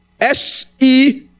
S-E